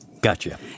Gotcha